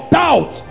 doubt